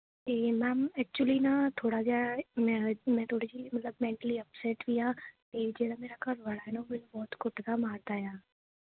ਇਹ ma'am actually ਨਾ ਥੋੜ੍ਹਾ ਜਿਹਾ ਮੈਂ ਮੈਂ ਥੋੜ੍ਹੀ ਜਿਹੀ ਮਤਲਬ ਮੈਂਟਲੀ ਅਪਸੈੱਟ ਵੀ ਆਂ ਅਤੇ ਜਿਹੜਾ ਮੇਰਾ ਘਰਵਾਲਾ ਆ ਉਹ ਮੈਨੂੰ ਬਹੁਤ ਕੁੱਟਦਾ ਮਾਰਦਾ ਏਆ